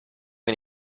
che